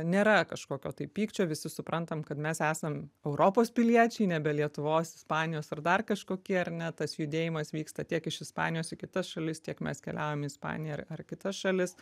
nėra kažkokio tai pykčio visi suprantam kad mes esam europos piliečiai nebe lietuvos ispanijos ar dar kažkokie ar ne tas judėjimas vyksta tiek iš ispanijos į kitas šalis tiek mes keliaujam į ispaniją ar ar kitas šalis